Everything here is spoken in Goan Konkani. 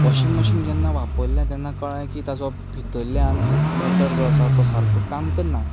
वॉशिंग मॅशीन जेन्ना वापरलें तेन्ना कळ्ळें की ताचो भितरल्यान मोटर जो आसा तो सारको काम करना